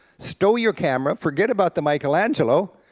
stow your camera, forget about the michelangelo,